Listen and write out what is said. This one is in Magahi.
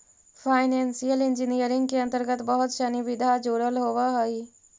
फाइनेंशियल इंजीनियरिंग के अंतर्गत बहुत सनि विधा जुडल होवऽ हई